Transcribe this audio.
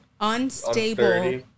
unstable